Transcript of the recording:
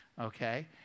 Okay